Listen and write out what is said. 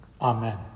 amen